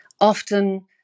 often